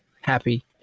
happy